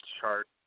chart